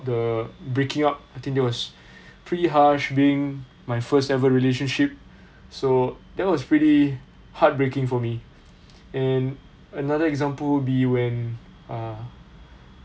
the breaking up I think that was pretty harsh being my first ever relationship so that was pretty heartbreaking for me and another example will be when uh